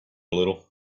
little